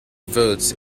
votes